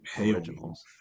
originals